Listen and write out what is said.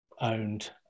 owned